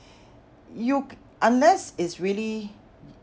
you unless it's really